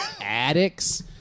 addicts